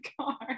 car